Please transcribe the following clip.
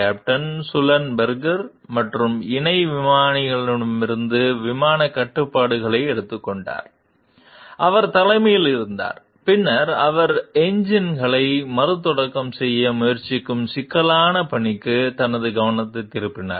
captain Sullenberger மற்றும் இணை விமானியிடமிருந்து விமானக் கட்டுப்பாடுகளை எடுத்துக் கொண்டார் அவர் தலைமையில் இருந்தார் பின்னர் அவர் என்ஜின்களை மறுதொடக்கம் செய்ய முயற்சிக்கும் சிக்கலான பணிக்கு தனது கவனத்தைத் திருப்பினார்